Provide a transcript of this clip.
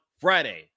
Friday